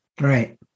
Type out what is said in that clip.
Right